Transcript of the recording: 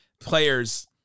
players